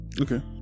okay